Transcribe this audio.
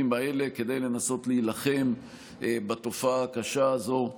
האלה כדי לנסות להילחם בתופעה הקשה הזו,